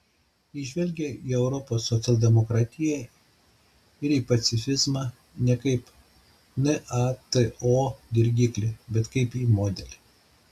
jis žvelgia į europos socialdemokratiją ir į pacifizmą ne kaip į nato dirgiklį bet kaip į modelį